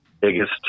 biggest